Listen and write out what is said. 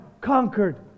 conquered